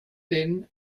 then